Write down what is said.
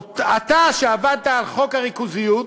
אתה, שעבדת על חוק הריכוזיות,